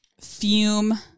fume